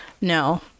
No